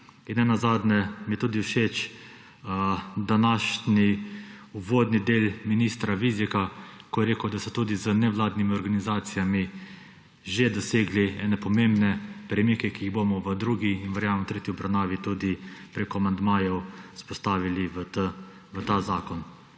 Nenazadnje mi je tudi všeč današnji uvodni del ministra Vizjaka, ko je rekel, da so tudi z nevladnimi organizacijami že dosegli ene pomembne premike, ki jih bomo v drugi in verjamem v tretji obravnavi tudi preko amandmajev vzpostavili v ta zakon.